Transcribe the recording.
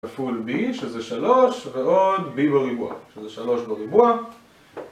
כפול b שזה 3 ועוד b בריבוע שזה 3 בריבוע